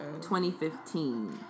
2015